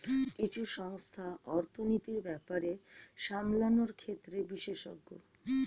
কিছু সংস্থা অর্থনীতির ব্যাপার সামলানোর ক্ষেত্রে বিশেষজ্ঞ